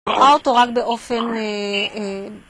האוטו רק באופן...